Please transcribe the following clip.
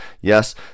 Yes